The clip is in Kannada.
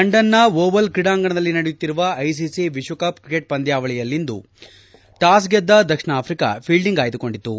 ಲಂಡನ್ನ ಓವಲ್ ಕ್ರೀಡಾಂಗಣದಲ್ಲಿ ನಡೆಯುತ್ತಿರುವ ಐಸಿಸಿ ವಿಶ್ವಕಪ್ ಕ್ರಿಕೆಟ್ ಪಂದ್ಲಾವಳಿಯಲ್ಲಿಂದು ಟಾಸ್ ಗೆದ್ದ ದಕ್ಷಿಣ ಆಫ್ರಿಕಾ ಫೀಲ್ಲಿಂಗ್ ಆಯ್ಸುಕೊಂಡಿತು